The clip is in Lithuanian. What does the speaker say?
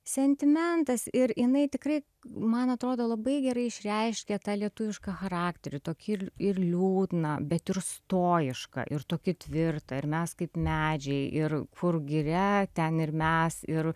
sentimentas ir jinai tikrai man atrodo labai gerai išreiškia tą lietuvišką charakterį tokį ir ir liūdną bet ir stoišką ir tokį tvirtą ir mes kaip medžiai ir kur giria ten ir mes ir